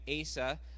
Asa